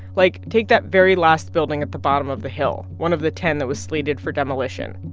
like, take that very last building at the bottom of the hill one of the ten that was slated for demolition.